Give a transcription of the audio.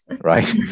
right